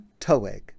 Toeg